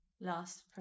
last